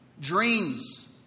Dreams